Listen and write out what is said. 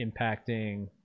impacting